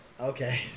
Okay